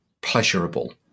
pleasurable